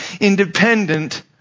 independent